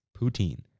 poutine